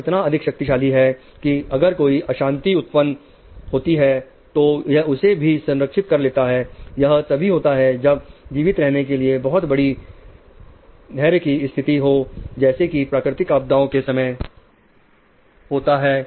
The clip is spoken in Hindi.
यह इतना अधिक शक्तिशाली है कि अगर कोई अशांति उत्पन्न होती है तो यह उसे भी संरक्षित कर लेता है यह तभी होता है जब जीवित रहने के लिए बहुत बड़ी घर की स्थिति हो जैसा कि प्राकृतिक आपदाओं के समय होता है